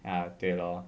ya 对 lor